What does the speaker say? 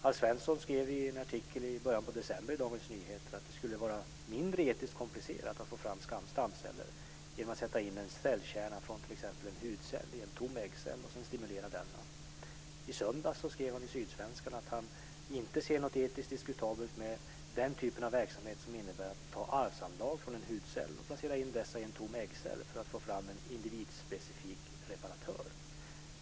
Alf Svensson skrev i en artikel i början av december i Dagens Nyheter att det skulle vara mindre etiskt komplicerat att få fram stamceller genom att sätta in en cellkärna från t.ex. en hudcell i en tom äggcell och sedan stimulera den. I söndags skrev han i Sydsvenskan att han inte ser något etiskt diskutabelt med den typen av verksamhet som innebär att man tar arvsanlag från en hudcell och placerar in dessa i en tom äggcell för att få fram en individspecifik reparatör.